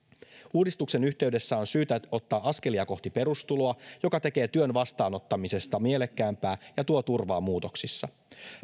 uudistuksen yhteydessä on syytä ottaa askelia kohti perustuloa joka tekee työn vastaanottamisesta mielekkäämpää ja tuo turvaa muutoksissa